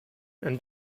and